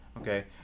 okay